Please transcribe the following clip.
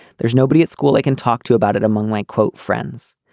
there's nobody at school i can talk to about it among white quote friends.